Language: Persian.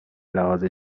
لحاظ